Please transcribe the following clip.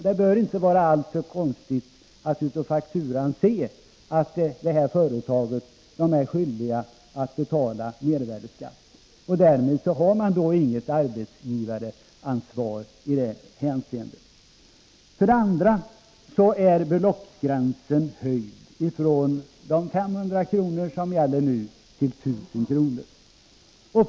Det kan inte vara alltför svårt att av fakturan se om företaget är skyldigt att betala mervärdeskatt. I så fall finns det inget arbetsgivaransvar för småhusoch lägenhetsinnehavare. För det andra är beloppsgränsen höjd från 500 kr., som gäller nu, till 1 000 kr.